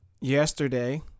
yesterday